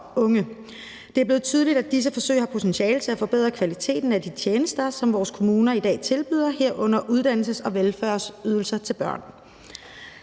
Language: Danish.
unge. Det er blevet tydeligt, at disse forsøg har potentiale til at forbedre kvaliteten af de tjenester, som vores kommuner i dag tilbyder, herunder uddannelses- og velfærdsydelser til børn.